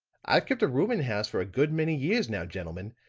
i've kept a rooming house for a good many years now, gentlemen,